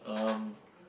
um